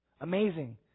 amazing